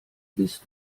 bist